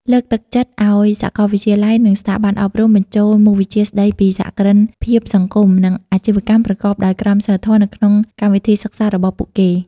លើកទឹកចិត្តឱ្យសាកលវិទ្យាល័យ និងស្ថាប័នអប់រំ បញ្ចូលមុខវិជ្ជាស្តីពីសហគ្រិនភាពសង្គម និងអាជីវកម្មប្រកបដោយក្រមសីលធម៌នៅក្នុងកម្មវិធីសិក្សារបស់ពួកគេ ។